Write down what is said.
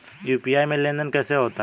UPI में लेनदेन कैसे होता है?